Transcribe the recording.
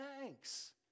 thanks